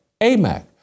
AMAC